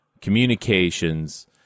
Communications